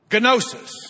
gnosis